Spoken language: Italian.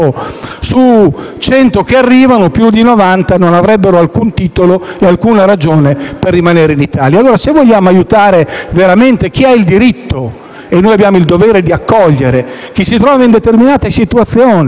su 100 che arrivano, più di 90 non avrebbero alcun titolo e alcuna ragione per rimanere in Italia. Se vogliamo allora aiutare veramente chi ha il diritto - e noi abbiamo il dovere di accogliere chi si trova in determinate situazioni